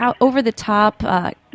over-the-top